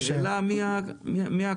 השאלה מי הקונטרה.